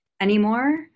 anymore